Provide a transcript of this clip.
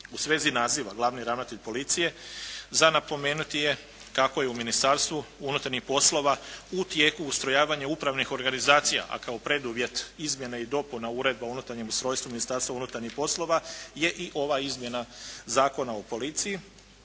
U svezi naziva glavni ravnatelj policije za napomenuti je kako je u Ministarstvu unutarnjih poslova u tijeku ustrojavanje upravnih organizacija a kao preduvjet izmjene i dopuna Uredbe o unutarnjem ustrojstvu Ministarstva unutarnjih poslova je i ova izmjena Zakona o policiji,